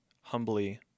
humbly